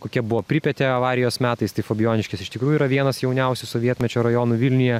kokia buvo pripetė avarijos metais tai fabijoniškės iš tikrųjų yra vienas jauniausių sovietmečio rajonų vilniuje